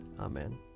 Amen